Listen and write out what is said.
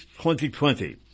2020